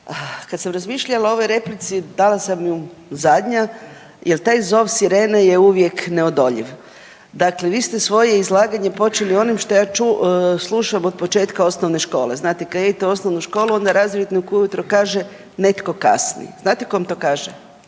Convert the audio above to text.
Kad sam razmišljala o ovoj replici, dala sam ju zadnja jer taj zov sirene je uvijek neodoljiv. Dakle vi ste svoje izlaganje počeli onim što ja sluša od početka osnovne škole. Znate, kad idete u osnovnu školu, onda razrednik ujutro kaže, netko kasni. Znate kom to kaže?